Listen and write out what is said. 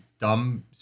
dumb